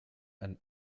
and